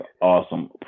awesome